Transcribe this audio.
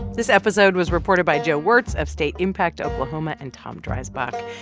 this episode was reported by joe wertz of stateimpact oklahoma and tom dreisbach.